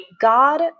God